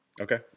Okay